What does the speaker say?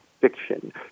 fiction